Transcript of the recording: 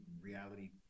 reality